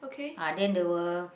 ah then the